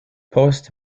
post